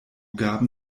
gaben